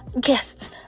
guests